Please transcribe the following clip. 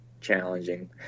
challenging